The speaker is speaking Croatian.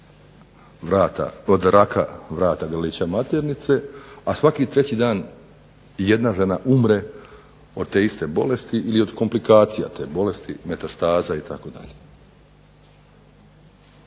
od raka vrata grlića maternice, a svaki treći dan jedan žena umre od te iste bolesti ili od komplikacija te bolesti, metastaza itd.